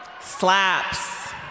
slaps